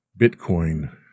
Bitcoin